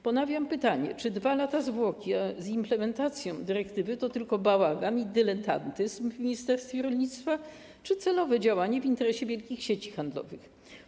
Ponawiam pytanie: Czy 2 lata zwłoki z implementacją dyrektywy to tylko bałagan i dyletantyzm w ministerstwie rolnictwa czy celowe działanie w interesie wielkich sieci handlowych?